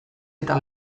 eta